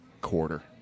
quarter